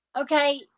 Okay